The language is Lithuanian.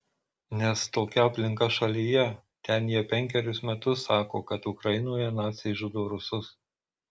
nes tokia aplinka šalyje ten jie penkerius metus sako kad ukrainoje naciai žudo rusus